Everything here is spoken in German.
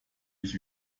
ich